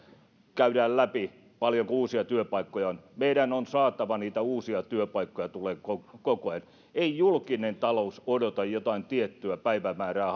käydään läpi paljonko uusia työpaikkoja on meidän on saatava niitä uusia työpaikkoja tulemaan koko ajan ei julkinen talous odota jotain tiettyä päivämäärää